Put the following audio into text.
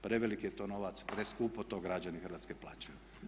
Prevelik je to novac, preskupo to građani Hrvatske plaćaju.